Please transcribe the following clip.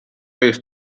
jest